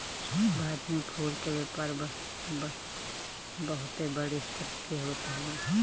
भारत में फूल के व्यापार बहुते बड़ स्तर पे होत हवे